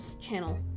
channel